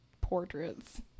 portraits